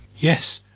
yes,